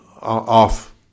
off